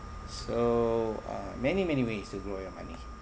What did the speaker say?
so uh many many ways to grow your money